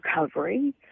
recovery